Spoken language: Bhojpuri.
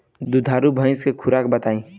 दुधारू भैंस के खुराक बताई?